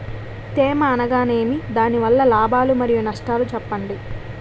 తేమ అనగానేమి? దాని వల్ల లాభాలు మరియు నష్టాలను చెప్పండి?